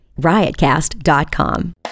riotcast.com